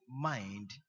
mind